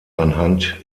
anhand